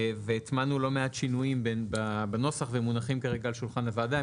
והטמענו לא מעט שינויים בנוסח והם מונחים כרגע על שולחן הוועדה,